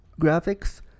graphics